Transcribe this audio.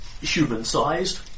human-sized